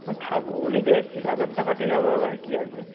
না থাকব বলেই তো এসেছি গাজনটা কাটিয়ে যাব আবার কী আছে